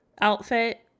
outfit